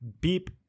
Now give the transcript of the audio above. beep